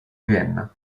vienna